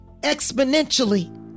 exponentially